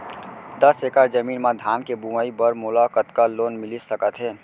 दस एकड़ जमीन मा धान के बुआई बर मोला कतका लोन मिलिस सकत हे?